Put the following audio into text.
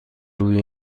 روی